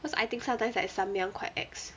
cause I think sometimes like samyang quite ex